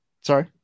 Sorry